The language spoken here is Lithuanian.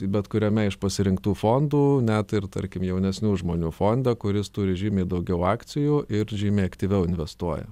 bet kuriame iš pasirinktų fondų net ir tarkim jaunesnių žmonių fonde kuris turi žymiai daugiau akcijų ir žymiai aktyviau investuoja